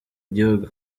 gihugu